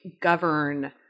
govern